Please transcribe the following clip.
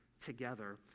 together